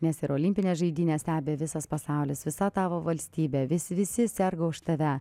nes ir olimpines žaidynes stebi visas pasaulis visa tavo valstybė vis visi serga už tave